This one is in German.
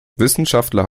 wissenschaftler